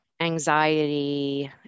anxiety